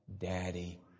Daddy